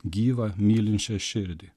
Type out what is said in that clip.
gyvą mylinčią širdį